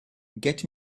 get